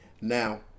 Now